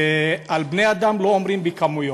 ועל בני-אדם לא מדברים בכמויות,